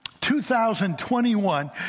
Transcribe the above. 2021